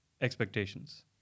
expectations